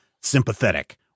sympathetic